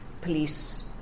police